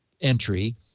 entry